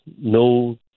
no